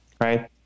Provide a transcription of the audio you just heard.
Right